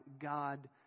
God